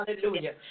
Hallelujah